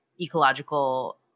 ecological